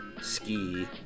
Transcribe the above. Ski